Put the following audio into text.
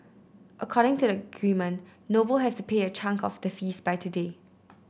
according to the agreement Noble has to pay a chunk of the fees by today